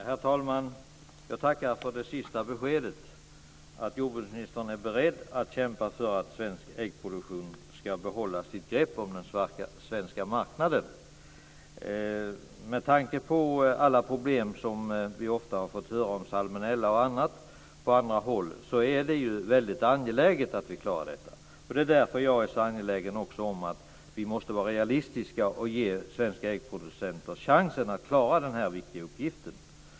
Herr talman! Jag tackar för det sista beskedet, att jordbruksministern är beredd att kämpa för att svensk äggproduktion ska behålla sitt grepp om den svenska marknaden. Med tanke på alla de problem bl.a. med salmonella på andra håll som vi ofta har fått höra talas om är det väldigt angeläget att vi klarar den uppgiften. Det är också därför som jag är så angelägen om att vi måste vara realistiska och ge svenska äggproducenter chansen att klara denna viktiga uppgift.